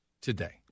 today